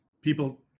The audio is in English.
people